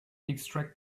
extract